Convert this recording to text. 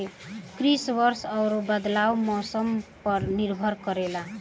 कृषि वर्षा और बदलत मौसम पर निर्भर करेला